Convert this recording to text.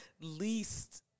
least